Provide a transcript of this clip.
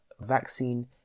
vaccine